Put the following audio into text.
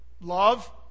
Love